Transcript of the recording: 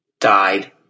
died